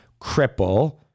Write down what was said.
cripple